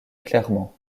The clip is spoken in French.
clairement